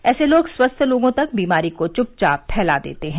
ऐसे लोग स्वस्थ लोगों तक बीमारी को चुपचाप फैला देते हैं